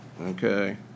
Okay